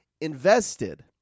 invested